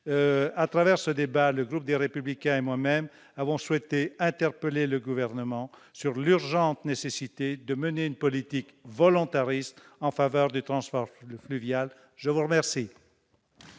à travers ce débat, le groupe Les Républicains et moi-même avons souhaité interroger le Gouvernement sur l'urgente nécessité de mener une politique volontariste en faveur du transport fluvial. Nous en